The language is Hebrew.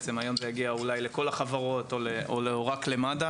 היום זה אולי הגיע לכל החברות או רק למד"א